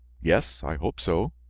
yes, i hope so.